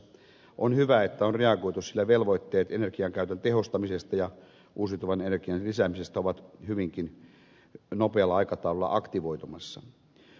on hyvä että on reagoitu sillä velvoitteet energiankäytön tehostamisesta ja uusiutuvan energian lisäämisestä ovat hyvinkin nopealla aikataululla aktivoitumassa